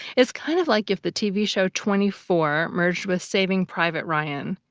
it's kind of like if the tv show twenty four merged with saving private ryan.